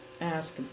ask